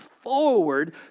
forward